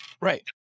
Right